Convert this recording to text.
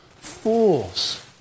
Fools